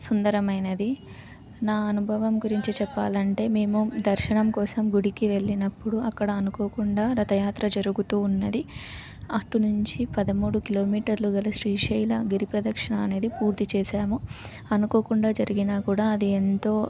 సుందరమైనది నా అనుభవం గురించి చెప్పాలి అంటే మేము దర్శనం కోసం గుడికి వెళ్ళినప్పుడు అక్కడ అనుకోకుండా రథయాత్ర జరుగుతూ ఉన్నది అటు నుంచి పదమూడు కిలోమీటర్లు గల శ్రీశైల గిరి ప్రదక్షణ అనేది పూర్తి చేసాము అనుకోకుండా జరిగిన కూడా అది ఎంతో